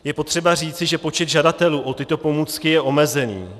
Je potřeba říci, že počet žadatelů o tyto pomůcky je omezený.